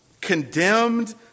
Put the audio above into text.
condemned